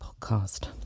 podcast